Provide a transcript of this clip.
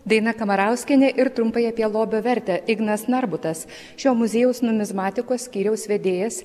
daina kamarauskienė ir trumpai apie lobio vertę ignas narbutas šio muziejaus numizmatikos skyriaus vedėjas